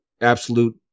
absolute